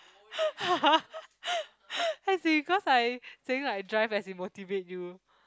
as in cause I saying like drive as in motivate you